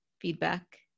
feedback